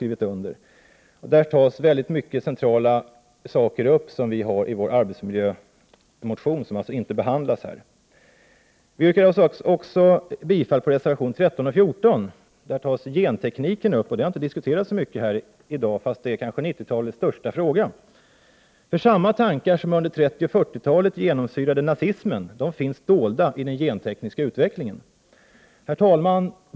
I denna reservation berörs många centrala saker som vi har med i vår arbetsmiljömotion, vilken alltså inte behandlas i detta betänkande. Vi yrkar också bifall till reservationerna 13 och 14 där frågan om gentekniken tas upp. Den frågan har inte diskuterats så mycket i dag, trots att den kanske är 1990-talets största fråga. Samma tankar som under 1930 och 1940-talen genomsyrade nazismen finns nämligen dolda i den gentekniska utvecklingen. Herr talman!